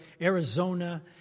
Arizona